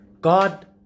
God